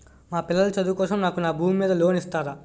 మా పిల్లల చదువు కోసం నాకు నా భూమి మీద లోన్ ఇస్తారా?